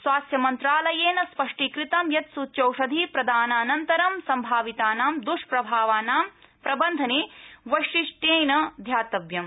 स्वास्थ्यमन्त्रालयेन स्पष्टीकृत यत् सूच्यौषधिप्रदान अनन्तर सम्भावितानां दुष्प्रभावानां प्रबन्धने वैशिष्टयेन ध्यातव्यम